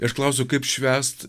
aš klausiu kaip švęst